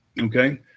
Okay